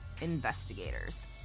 investigators